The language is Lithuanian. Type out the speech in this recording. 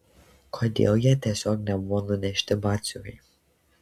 kodėl jie tiesiog nebuvo nunešti batsiuviui